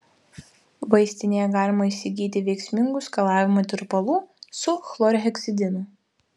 vaistinėje galima įsigyti veiksmingų skalavimo tirpalų su chlorheksidinu